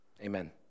Amen